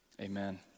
Amen